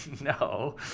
No